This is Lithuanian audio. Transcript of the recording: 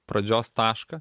pradžios tašką